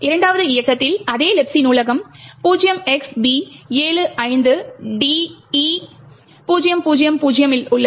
இரண்டாவது இயக்கத்தில் அதே Libc நூலகம் 0xb75de000 இல் உள்ளது